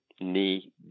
knee